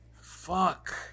Fuck